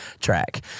track